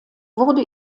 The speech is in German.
wurde